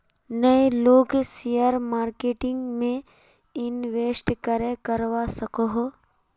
नय लोग share marketing में इंवेस्ट करे करवा सकोहो?